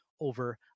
over